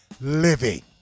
living